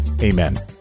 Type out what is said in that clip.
amen